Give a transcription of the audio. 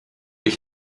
ich